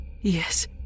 Yes